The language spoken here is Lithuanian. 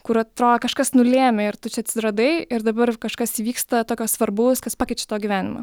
kur atrodo kažkas nulėmė ir tu čia atsiradai ir dabar kažkas vyksta tokio svarbaus kas pakeičia tavo gyvenimą